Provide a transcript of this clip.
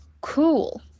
cool